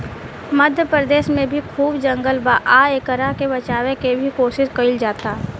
मध्य प्रदेश में भी खूब जंगल बा आ एकरा के बचावे के भी कोशिश कईल जाता